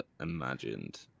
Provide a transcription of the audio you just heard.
imagined